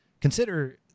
Consider